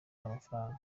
w’amafaranga